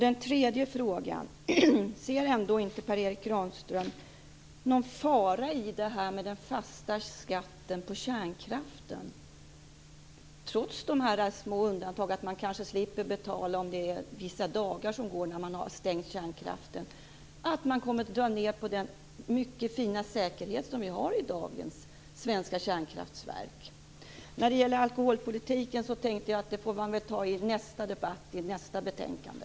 Den tredje frågan är: Ser ändå inte Per Erik Granström någon fara i detta med den fasta skatten på kärnkraften? Trots dessa små undantag att man kanske slipper betala när man har stängt kärnkraften vissa dagar, finns risken att man kommer att dra ned på den mycket fina säkerhet som vi har i dagens svenska kärnkraftverk. Alkolholpolitiken får vi väl diskutera i debatten om nästa betänkande.